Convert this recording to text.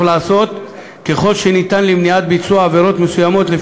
ולעשות ככל האפשר למניעת ביצוע עבירות מסוימות,